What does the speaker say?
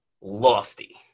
lofty